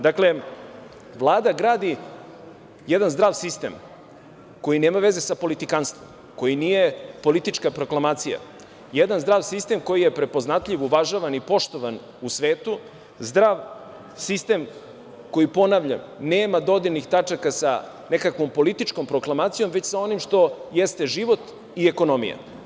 Dakle, Vlada gradi jedan zdrav sistem koji nema veze sa politikanstvom, koji nije politička proklamacija, jedan zdrav sistem koji je prepoznatljiv, uvažavan i poštovan u svetu, zdrav sistem koji, ponavljam, nema dodirnih tačaka sa nekakvom političkom proklamacijom, već sa onim što jeste život i ekonomija.